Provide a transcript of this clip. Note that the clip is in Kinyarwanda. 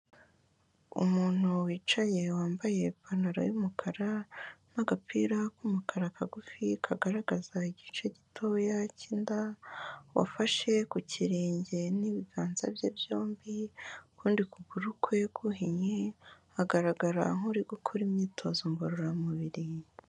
Umuntu wicaye wambaye ipantaro y'umukara n'agapira k'umukara kagufi kagaragaza igice gitoya cy'inda, wafashe ku kirenge n'ibiganza bye byombi, ukundi kuguru kwe guhinnye agaragara nk'uri gukora imyitozo ngororamubiri.